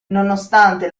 nonostante